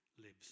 lives